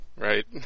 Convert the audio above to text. Right